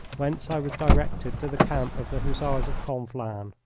whence i was directed to the camp of the hussars of conflans.